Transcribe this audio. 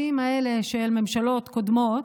היום, אחרי כל השנים האלה של ממשלות קודמות,